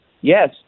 Yes